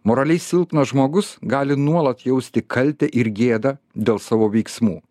moraliai silpnas žmogus gali nuolat jausti kaltę ir gėdą dėl savo veiksmų